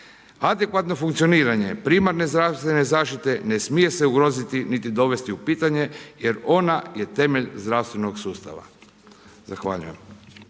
Adekvatno funkcioniranje primarne zdravstvene zaštite ne smije se ugroziti niti dovesti u pitanje jer ona je temelj zdravstvenog sustava.